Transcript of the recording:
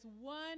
one